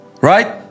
right